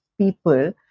people